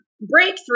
breakthrough